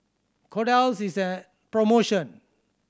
kordel's is on promotion